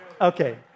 Okay